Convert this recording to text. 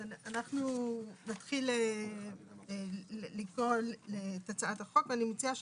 אז אנחנו נתחיל לקרוא את הצעת החוק ואני מציעה